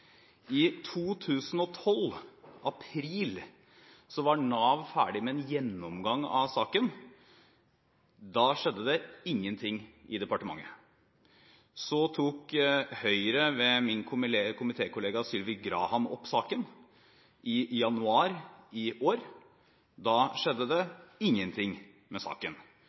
I april 2012 var Nav ferdig med en gjennomgang av saken. Da skjedde det ingen ting i departementet. Så tok Høyre ved min komitékollega, Sylvi Graham, opp saken i januar i år. Da skjedde det ingen ting med saken.